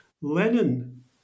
Lenin